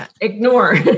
ignore